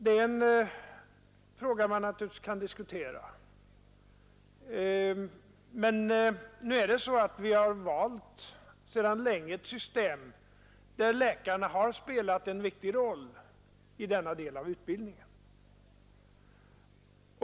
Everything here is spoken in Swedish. Det är en fråga som naturligtvis kan diskuteras. Vi har ju sedan länge valt ett system där läkarna har spelat en viktig roll i denna del av utbildningen.